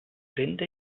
rinde